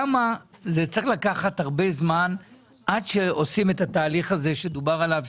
למה זה צריך לקחת הרבה זמן עד שעושים את התהליך הזה שדובר עליו,